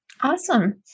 Awesome